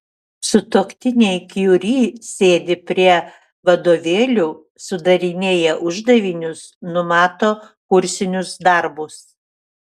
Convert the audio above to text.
sutuoktiniai kiuri sėdi prie vadovėlių sudarinėja uždavinius numato kursinius darbus